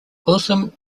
wilson